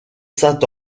saint